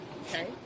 Okay